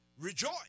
rejoice